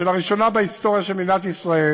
שלראשונה בהיסטוריה של מדינת ישראל